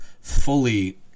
fully